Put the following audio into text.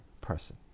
person